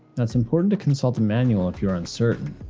it's important to consult the manual if you're uncertain.